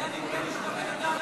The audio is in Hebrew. היה נדמה לי שאתה בן-אדם,